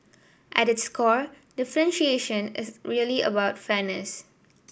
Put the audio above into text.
at its core differentiation is really about fairness